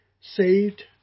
Saved